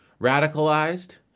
radicalized